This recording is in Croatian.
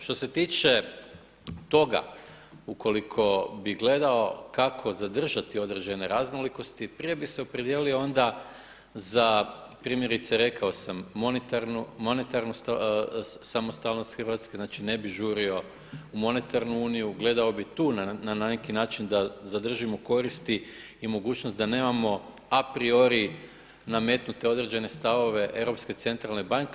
Što se tiče toga, ukoliko bih gledao kako zadržati određene raznolikosti prije bih se opredijelio onda za, primjerice rekao sam, monetarnu samostalnost Hrvatske, znači ne bih žurio u monetarnu uniju, gledao bih tu na neki način da zadržimo koristi i mogućnost da nemamo a priori nametnute određene stavove Europske centralne banke.